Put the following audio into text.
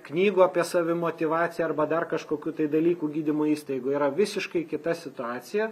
knygų apie savimotyvaciją arba dar kažkokių tai dalykų gydymo įstaigoj yra visiškai kita situacija